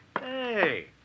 Hey